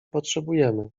potrzebujemy